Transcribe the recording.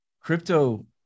crypto